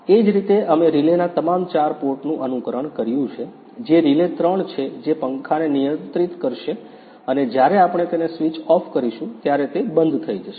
એ જ રીતે અમે રિલેના તમામ ચાર પોર્ટનું અનુકરણ કર્યું છે જે રિલે ત્રણ છે જે પંખાને નિયંત્રિત કરશે અને જ્યારે આપણે તેને સ્વિચ ઓફ કરીશું ત્યારે તે બંધ થઈ જશે